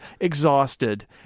exhausted